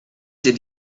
did